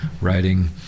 writing